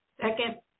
Second